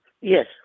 Yes